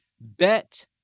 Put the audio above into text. bet